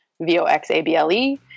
v-o-x-a-b-l-e